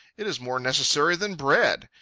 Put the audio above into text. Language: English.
it is more necessary than bread.